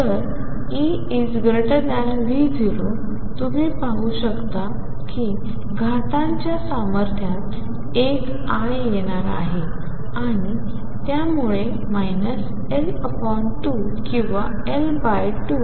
जर EV0 तुम्ही पाहू शकता की घातांच्या सामर्थ्यात एक i येणार आहे आणि त्यामुळे L2 किंवा L2